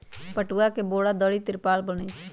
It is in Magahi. पटूआ से बोरा, दरी, तिरपाल बनै छइ